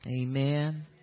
Amen